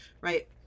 right